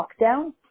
lockdown